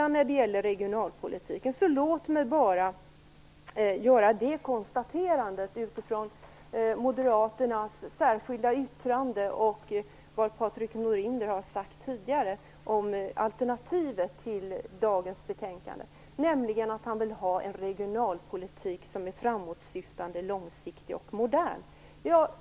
När det gäller regionalpolitiken vill jag bara göra några konstateranden utifrån moderaternas särskilda yttrande och utifrån vad Patrik Norinder tidigare har sagt om alternativet till dagens betänkande. Patrik Norinder vill ha en regionalpolitik som är framåtsyftande, långsiktigt och modern.